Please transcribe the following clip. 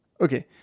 Okay